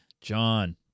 John